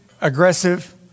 aggressive